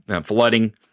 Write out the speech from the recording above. flooding